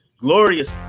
glorious